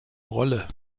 rolle